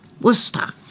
Worcester